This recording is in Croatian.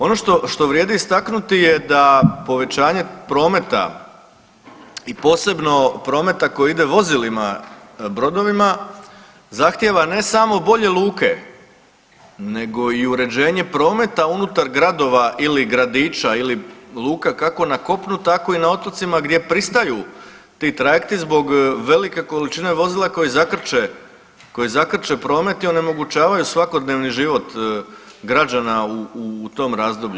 Ono što, što vrijedi istaknuti je da povećanje prometa i posebno prometa koji ide vozilima brodovima zahtjeva ne samo bolje luke nego i uređenje prometa unutar gradova ili gradića ili luka kako na kopnu tako i na otocima gdje pristaju ti trajekti zbog velike količine vozila koja zakrče, koja zakrče promet i onemogućavaju svakodnevni život građana u tom razdoblju.